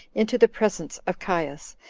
into the presence of caius,